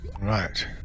Right